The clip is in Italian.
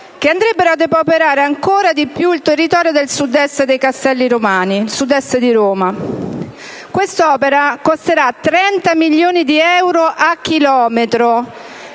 che andrebbero a depauperare ancora di più il territorio del sud-est dei Castelli romani, del sud-est di Roma. Quest'opera costerà 30 milioni di euro a chilometro